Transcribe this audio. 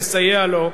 לסייע לו,